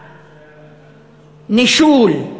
נישול,